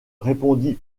répondit